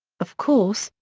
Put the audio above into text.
of course,